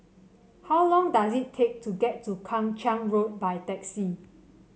how long does it take to get to Kang Ching Road by taxi